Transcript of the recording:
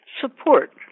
support